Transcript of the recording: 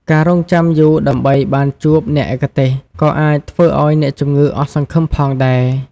ការរង់ចាំយូរដើម្បីបានជួបអ្នកឯកទេសក៏អាចធ្វើឱ្យអ្នកជំងឺអស់សង្ឃឹមផងដែរ។